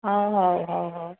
ହଁ ହଉ ହଉ ହଉ